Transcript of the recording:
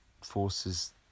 forces